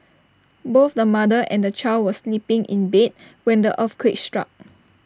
both the mother and the child were sleeping in bed when the earthquake struck